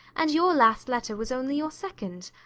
and your last letter was only your second.